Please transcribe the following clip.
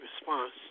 response